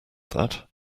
that